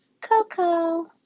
Coco